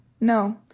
no